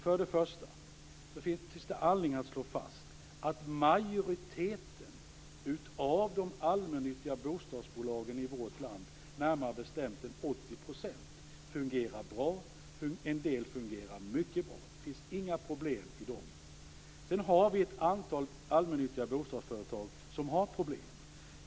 Först och främst finns det anledning att slå fast att majoriteten av de allmännyttiga bostadsbolagen i vårt land, närmare bestämt 80 %, fungerar bra. En del fungerar mycket bra. De har inga problem. Sedan finns det ett antal allmännyttiga bostadsföretag som har problem.